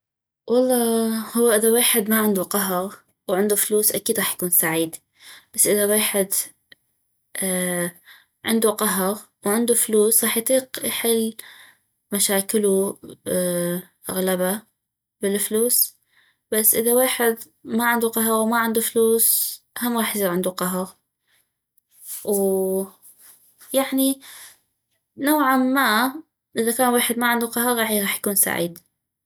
والله هو اذا ويحد ما عندو قهغ وعندو فلوس اكيد غاح يكون سعيد بس اذا ويحد عندو قهغ وعندو فلوس غاح يطيق يحل مشاكلو اغلابا بالفلوس بس اذا ويحد ما عندو قهغ وما عندو فلوس هم راح يصيغ عمدو قهغ ويعني نوعا ما اذا كان ويحد ما عندو قهغ غاح يكون سعيد